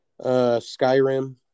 Skyrim